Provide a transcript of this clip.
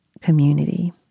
community